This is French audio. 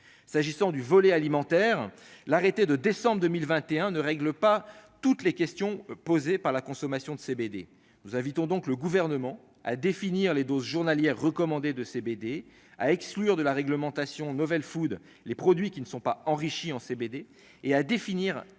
s'agissant du volet alimentaire l'arrêté de décembre 2021 ne règle pas toutes les questions posées par la consommation de CBD vous invitons donc le gouvernement à définir les doses journalières recommandées de CBD à exclure de la réglementation novel Food, les produits qui ne sont pas enrichis en CDD et à définir clairement